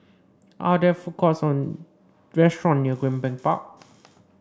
are there food courts or restaurant near Greenbank Park